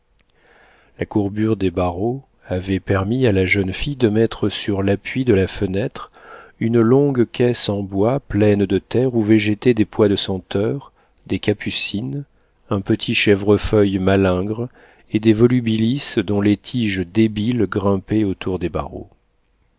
la courbure des barreaux avait permis à la jeune fille de mettre sur l'appui de la fenêtre une longue caisse en bois pleine de terre où végétaient des pois de senteur des capucines un petit chèvrefeuille malingre et des volubilis dont les tiges débiles grimpaient autour des barreaux